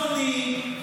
עכשיו, אדוני,